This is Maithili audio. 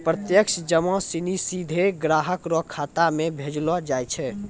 प्रत्यक्ष जमा सिनी सीधे ग्राहक रो खातो म भेजलो जाय छै